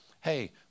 hey